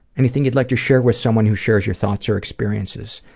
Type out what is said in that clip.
anything you'd like to share with someone who shares your thoughts or experiences?